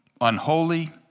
unholy